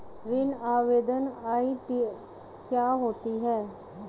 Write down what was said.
ऋण आवेदन आई.डी क्या होती है?